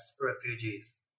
refugees